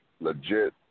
legit